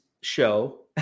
show